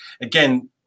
Again